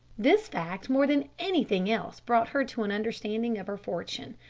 this fact more than anything else, brought her to an understanding of her fortune.